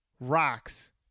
rocks